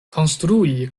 konstrui